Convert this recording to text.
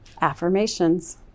Affirmations